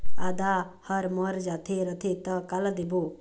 आदा हर मर जाथे रथे त काला देबो?